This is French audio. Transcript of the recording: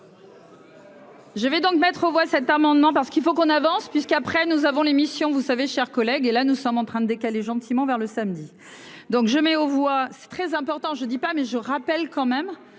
Je vais donc mettre aux voix cet amendement parce qu'il faut qu'on avance puisqu'après, nous avons l'émission, vous savez, chers collègues, et là nous sommes en train d'décaler gentiment vers le samedi donc je mets aux voix, c'est très important, je ne dis pas, mais je rappelle quand même,